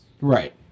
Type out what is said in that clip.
Right